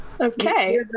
Okay